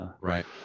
right